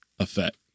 effect